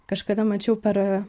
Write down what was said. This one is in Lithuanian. kažkada mačiau per